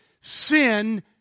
sin